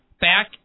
back